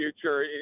future